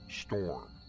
Storm